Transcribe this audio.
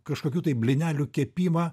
kažkokių tai blynelių kepimą